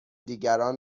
دیگران